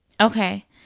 Okay